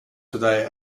today